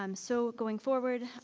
um so going forward,